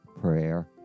prayer